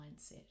mindset